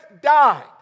died